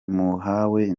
muhawe